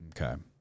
Okay